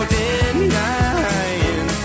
denying